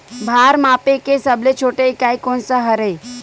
भार मापे के सबले छोटे इकाई कोन सा हरे?